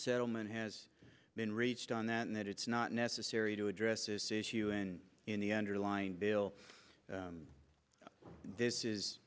settlement has been reached on that and that it's not necessary to address this issue and in the end or line bill this is